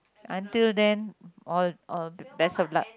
until then or or best of luck